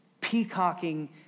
peacocking